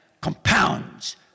compounds